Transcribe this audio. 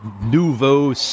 nouveau